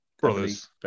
Brothers